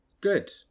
Good